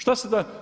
Šta se da.